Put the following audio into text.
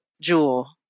Jewel